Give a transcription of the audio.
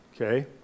Okay